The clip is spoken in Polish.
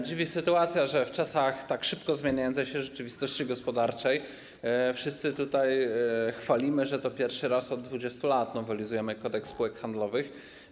Dziwi sytuacja, że w czasach tak szybko zmieniającej się rzeczywistości gospodarczej wszyscy tutaj chwalimy to, że pierwszy raz od 20 lat nowelizujemy Kodeks spółek handlowych.